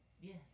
Yes